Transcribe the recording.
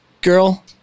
girl